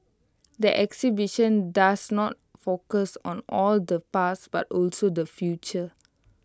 the exhibition does not focus on or the past but also the future